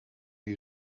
die